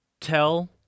tell